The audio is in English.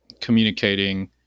communicating